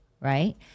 Right